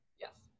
Yes